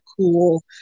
cool